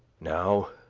now,